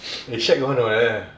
eh shag [one] you know like that